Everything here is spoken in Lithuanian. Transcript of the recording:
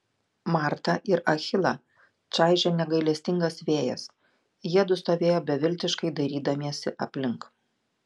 martą ir achilą čaižė negailestingas vėjas jiedu stovėjo beviltiškai dairydamiesi aplink